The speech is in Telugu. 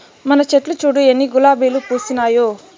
మన చెట్లు చూడు ఎన్ని గులాబీలు పూసినాయో